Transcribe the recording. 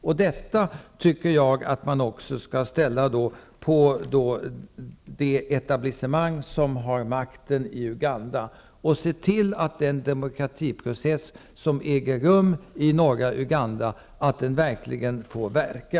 Jag tycker att krav skall ställas på etablissemanget som har makten i Uganda, dvs. se till att den demokratiprocess som äger rum i norra Uganda kan få verka.